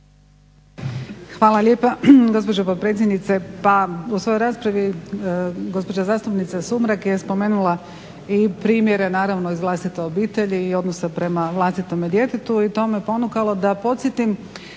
Hvala lijepa gospođo potpredsjednice. Pa u svojoj raspravi gospođa zastupnica Sumrak je spomenula primjere naravno iz vlastite obitelji i odnosa prema vlastitome djetetu i to me ponukalo da podsjetim